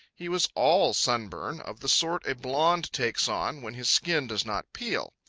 he was all sunburn, of the sort a blond takes on when his skin does not peel.